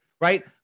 right